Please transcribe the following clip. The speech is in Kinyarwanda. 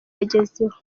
yagezeho